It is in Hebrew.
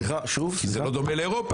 כי זה לא דומה לאירופה.